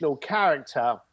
character